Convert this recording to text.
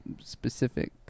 specific